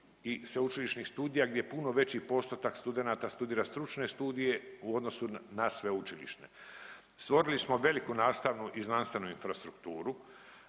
i sveučilišnih studija gdje puno veći postotak studenata studira stručne studije u odnosu na sveučilišne. Stvorili smo veliku nastavnu i znanstvenu infrastrukturu.